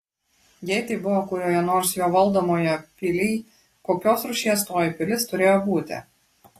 jei tai buvo kurioje nors jo valdomoje pilyj kokios rūšies toji pilis turėjo būti